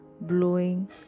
blowing